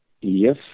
Yes